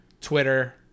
Twitter